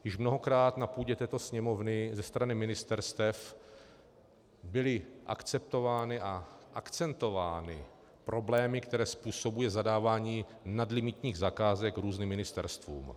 Už mnohokrát na půdě této Sněmovny ze strany ministerstev byly akceptovány a akcentovány problémy, které způsobuje zadávání nadlimitních zakázek různým ministerstvům.